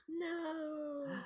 No